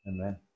Amen